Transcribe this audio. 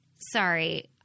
sorry